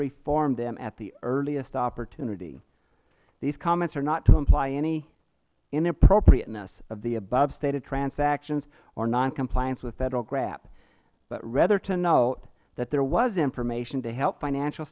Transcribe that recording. reform them at the earliest opportunity these comments are not to imply any inappropriateness of the above stated transactions or noncompliance with federal gaap but rather to note that there was information to help financial